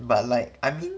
but like I mean